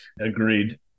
Agreed